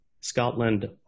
Scotland